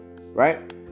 right